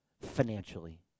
financially